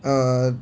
uh